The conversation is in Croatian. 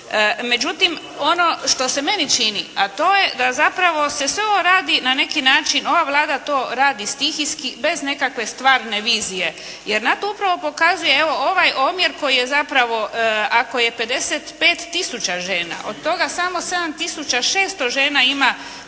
Međutim, ono što se meni čini a to je da zapravo sve se ovo radi na neki način, ova Vlada to radi stihijski bez nekakve stvarne vizije. Jer na to upravo pokazuje evo, ovaj omjer koji je zapravo ako je 55 tisuća žena, od toga samo 7 tisuća 600 žena ima